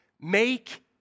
make